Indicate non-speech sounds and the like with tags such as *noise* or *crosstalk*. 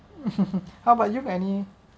*laughs* how about you any